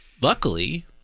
Luckily